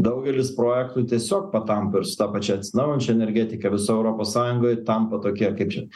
daugelis projektų tiesiog patampa ir su ta pačia atsinaujinančia energetika visoj europos sąjungoj tampa tokie kaip čia